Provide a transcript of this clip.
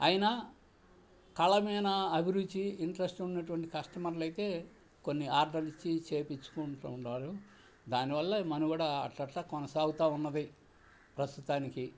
అయినా కళ మీద అభిరుచి ఇంట్రెస్ట్ ఉన్నటువంటి కస్టమర్లైతే కొన్ని ఆర్డర్లు ఇచ్చి చేపిచ్చుకుంటూ ఉన్నారు దానివల్ల మనుగడ అట్టట్ల కొనసాగుతూ ఉన్నది ప్రస్తుతానికి